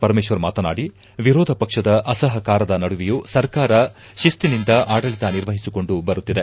ಪರಮೇಶ್ವರ್ ಮಾತನಾಡಿ ವಿರೋಧ ಪಕ್ಷದ ಅಸಹಕಾರದ ನಡುವೆಯೂ ಸರ್ಕಾರ ಶಸ್ತಿನಿಂದ ಆಡಳಿತ ನಿರ್ವಹಿಸಿಕೊಂಡು ಬರುತ್ತಿದೆ